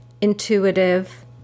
intuitive